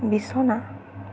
বিছনা